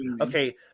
Okay